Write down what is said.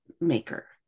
maker